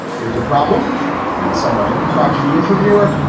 here's a problem. i am a somewhat crotchety interviewer.